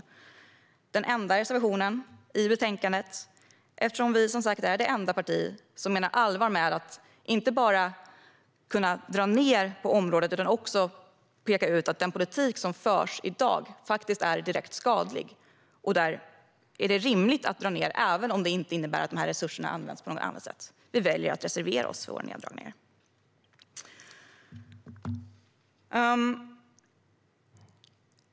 Det är den enda reservationen i betänkandet, eftersom vi, som sagt, är det enda parti som menar allvar med att inte bara kunna dra ned på området utan också peka ut att den politik som förs i dag faktiskt är direkt skadlig. Där är det rimligt att dra ned, även om det inte innebär att dessa resurser används på något annat sätt. Vi väljer att reservera oss för våra neddragningar.